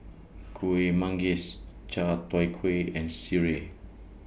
Kuih Manggis Chai Tow Kway and Sireh